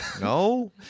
No